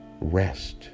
Rest